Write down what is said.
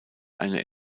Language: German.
eine